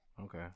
Okay